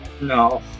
No